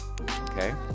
okay